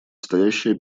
стоящая